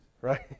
Right